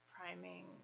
priming